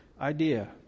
idea